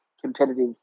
competitive